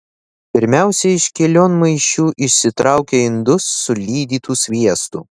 pirmiausia iš kelionmaišių išsitraukia indus su lydytu sviestu